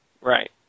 Right